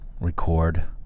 record